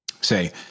say